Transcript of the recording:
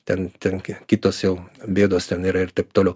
ten ten kitos jau bėdos ten yra ir taip toliau